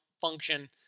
function